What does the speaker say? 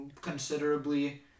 considerably